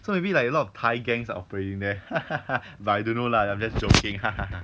so maybe like a lot of thai gangs are operating there but I don't know lah I'm just joking